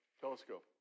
Telescope